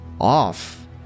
off